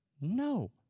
No